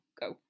go